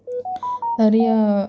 நிறையா